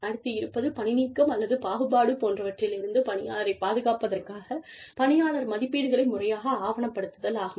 அடுத்து இருப்பது பணிநீக்கம் அல்லது பாகுபாடு போன்றவற்றிலிருந்து பணியாளரைப் பாதுகாப்பதற்காக பணியாளர் மதிப்பீடுகளை முறையாக ஆவணப்படுத்துதல் ஆகும்